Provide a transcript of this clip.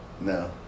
No